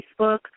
Facebook